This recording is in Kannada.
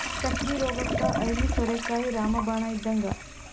ಸಕ್ಕ್ರಿ ರೋಗಕ್ಕ ಐವಿ ಸೋರೆಕಾಯಿ ರಾಮ ಬಾಣ ಇದ್ದಂಗ